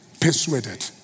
Persuaded